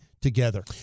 together